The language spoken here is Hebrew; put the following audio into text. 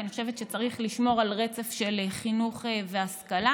כי אני חושבת שצריך לשמור על רצף של חינוך והשכלה.